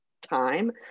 time